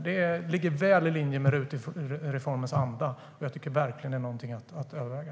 Det ligger väl i linje med RUT-reformens anda, och jag tycker verkligen att det är någonting att överväga.